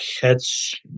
catch